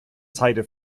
seite